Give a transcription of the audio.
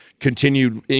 continued